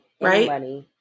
right